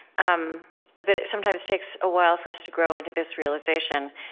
um but it sometimes takes a while for us to grow into this realization.